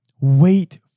Wait